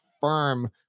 firm